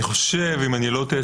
אם איני טועה,